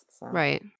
Right